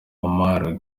omar